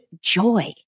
joy